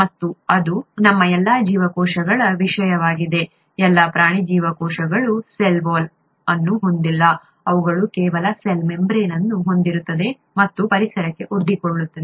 ಮತ್ತು ಅದು ನಮ್ಮ ಎಲ್ಲಾ ಜೀವಕೋಶಗಳ ವಿಷಯವಾಗಿದೆ ಎಲ್ಲಾ ಪ್ರಾಣಿ ಜೀವಕೋಶಗಳು ಸೆಲ್ ವಾಲ್ ಅನ್ನು ಹೊಂದಿಲ್ಲ ಅವುಗಳು ಕೇವಲ ಸೆಲ್ ಮೆಮ್ಬ್ರೇನ್ ಅನ್ನು ಹೊಂದಿರುತ್ತವೆ ಮತ್ತು ಅದು ಪರಿಸರಕ್ಕೆ ಒಡ್ಡಿಕೊಳ್ಳುತ್ತದೆ